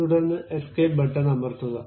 തുടർന്ന് എസ്കേപ്പ്ബട്ടൺ അമർത്തുക